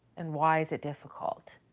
and why is it difficult?